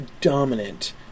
dominant